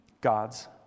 God's